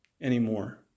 anymore